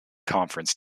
conference